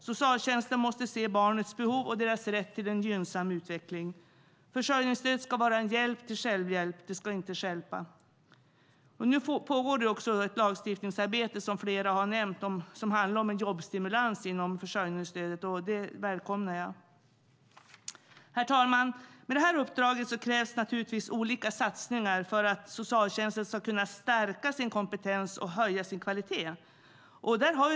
Socialtjänsten måste se barnens behov och deras rätt till en gynnsam utveckling. Försörjningsstödet ska vara en hjälp till självhjälp; det ska inte stjälpa. Nu pågår, som flera har nämnt, ett lagstiftningsarbete som handlar om en jobbstimulans inom försörjningsstödet. Det välkomnar jag. Herr talman! Med detta uppdrag krävs olika satsningar för att socialtjänsten ska kunna stärka sin kompetens och höja sin kvalitet.